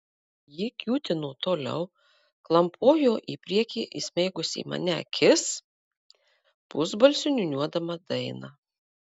ji kiūtino toliau klampojo į priekį įsmeigusi į mane akis pusbalsiu niūniuodama dainą